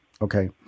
Okay